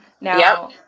Now